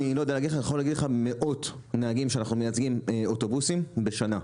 אני יכול להגיד שאנחנו מייצגים מאות נהגי אוטובוסים בשנה.